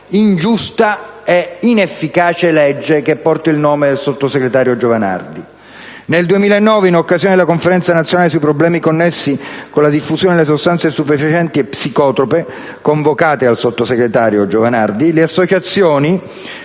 quell'ingiusta ed inefficace legge che porta il nome del sottosegretario Giovanardi. Nel 2009, in occasione della Conferenza nazionale sui problemi connessi con la diffusione delle sostanze stupefacenti e psicotrope convocata dal sottosegretario Giovanardi, le associazioni